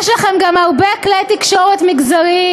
יש לכם גם הרבה כלי תקשורת מגזריים.